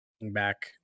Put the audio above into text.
back